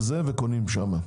וקונות שם.